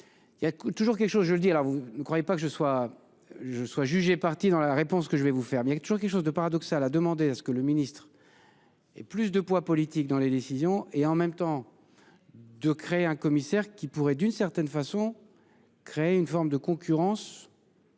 que toujours quelque chose de paradoxal, a demandé à ce que le ministre. Et plus de poids politique dans les décisions et en même temps. De créer un commissaire qui pourraient d'une certaine façon. Créer une forme de concurrence.